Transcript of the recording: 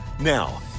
Now